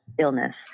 illness